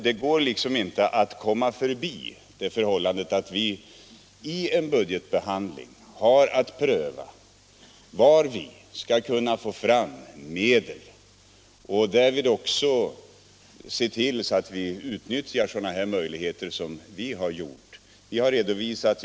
Det går inte att komma förbi det förhållandet att vi i en budgetbehandling har att på alla punkter pröva hur vi skall få fram medel för de uppgifter det gäller. Därvid måste vi också utnyttja sådana möjligheter hetsområde som vi har anvisat.